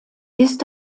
ist